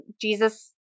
Jesus